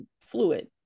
fluid